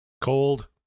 Cold